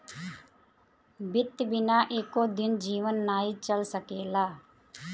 वित्त बिना एको दिन जीवन नाइ चल सकेला